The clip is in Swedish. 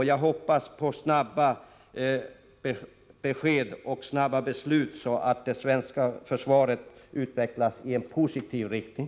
Jag hoppas på snara besked och snara beslut, så att det svenska försvaret utvecklas i positiv riktning.